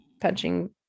punching